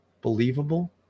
believable